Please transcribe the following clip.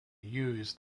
used